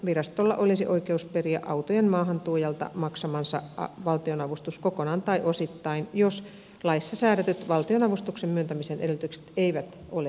virastolla olisi oikeus periä autojen maahantuojalta maksamansa valtionavustus kokonaan tai osittain jos laissa säädetyt valtionavustuksen myöntämisen edellytykset eivät ole täyttyneet